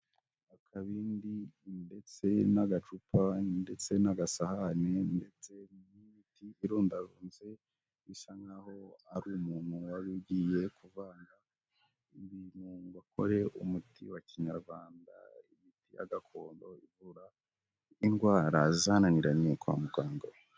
Akabindi ndetse n'agacupa ndetse n'agasahane ndetse n'imiti irundarunze, bisa nk'aho ari umuntu wari ugiye kuvanga ibintu ngo akore umuti wa kinyarwanda, imiti ya gakondo ivura indwara zananiranye kwa muganga.